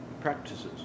practices